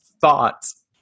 thoughts